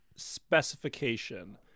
Specification